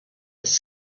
its